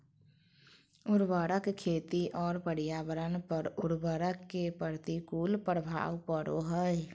उर्वरक खेती और पर्यावरण पर उर्वरक के प्रतिकूल प्रभाव पड़ो हइ